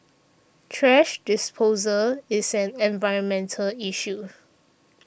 thrash disposal is an environmental issue